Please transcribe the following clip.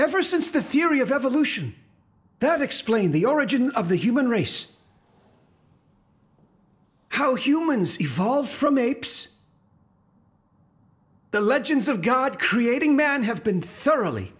ever since the theory of evolution that explain the origin of the human race how humans evolved from apes the legends of god creating man have been thoroughly